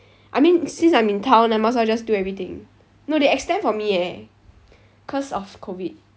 I mean since I'm in town I might as well just do everything no they extend for me eh cause of COVID